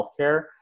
healthcare